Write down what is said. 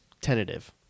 tentative